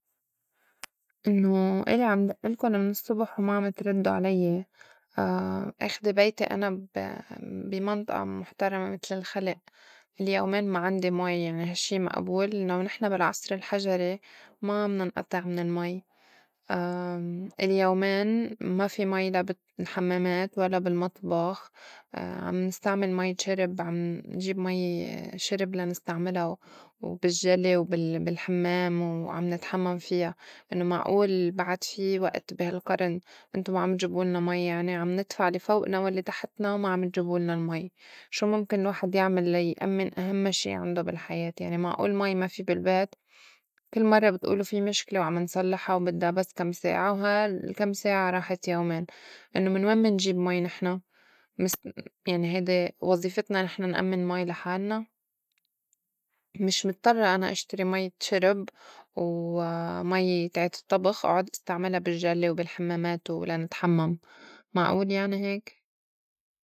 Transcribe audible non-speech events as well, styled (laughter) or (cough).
إنّو إلي عم دألكُن من الصّبح وما عم تردّو علي، (hesitation) آخدي بيتي أنا بي- بي منطئة مُحترمة متل الخلئ إلي يومين ما عندي مي يعني هالشّي مئبول؟ لو نحن بالعصر الحجري ما مننئطع من المي (hesitation) إلي يومين ما في مي لا بالحمّامات ولا بالمطبخ (hesitation) عم نستعمل مية شرب عم نجيب مي شرب لا نستعملا و بالجلي وبالحمّام وعم نتحمّم فيا إنّو معئول بعد في وئت بي هالقرن إنتو ما عم تجيبولنا مي يعني عم ندفع لي فوئنا والّي تحتنا وما عم تجيبولنا المي شو مُمكن الواحد يعمل ليأمّن أهمّ شي عندو بالحياة؟ يعني معئول مي ما في بالبيت؟ كل مرّة بتئولولي في مشكلة وعم نصلّحا وبدّا بس كم ساعة وهاي الكم ساعة راحت يومين إنّو من وين منجيب المي نحن؟ (noise) يعني هيدي وظيفتنا نحن نأمّن مي لحالنا (noise) مش مضطرّة أنا أشتري مية شرب و (hesitation) مي تاعيت الطّبخ إعُّد استعملا بالجلي وبالحمّامات ولنتحمّم معئول يعني هيك؟